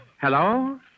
Hello